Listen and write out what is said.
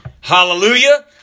hallelujah